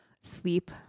sleep